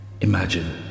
imagine